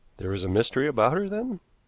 there is a mystery about her, then?